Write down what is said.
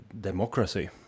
democracy